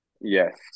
Yes